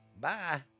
Bye